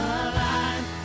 alive